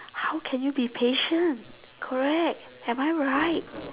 how can you be patient correct am I right